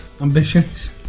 ambitious